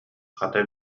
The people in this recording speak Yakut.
хата